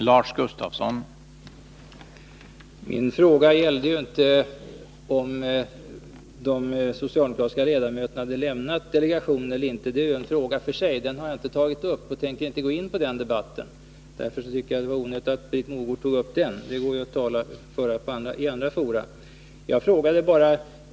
Herr talman! Min fråga gällde inte om de socialdemokratiska ledamöterna hade lämnat delegationen eller inte. Det är en fråga för sig. Den har jag inte tagit upp. Jag tänker inte gå in på den debatten. Därför tycker jag det var onödigt att Britt Mogård tog upp den. Den går ju att föra inför andra fora.